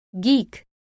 geek